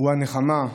הוא הנחמה.